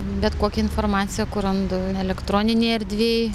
bet kokią informaciją kur randu elektroninėj erdvėj